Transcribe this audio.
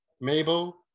Mabel